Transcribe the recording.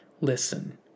Listen